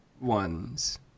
ones